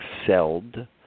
excelled